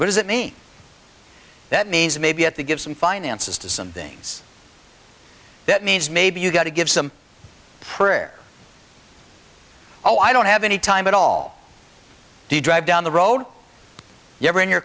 what does it mean that means maybe at the give some finances to some things that means maybe you got to give some prayer oh i don't have any time at all do you drive down the road you're in your